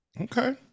Okay